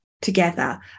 Together